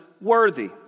worthy